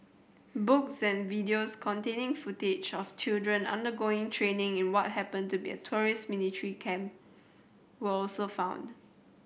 books and videos containing footage of children undergoing training in what happened to be terrorist military camp were also found